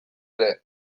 ere